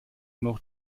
noch